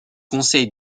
conseil